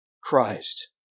Christ